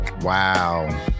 Wow